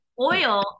Oil